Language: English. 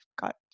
got